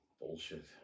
Bullshit